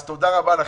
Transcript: אז תודה רבה לכם.